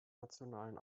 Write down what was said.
nationalen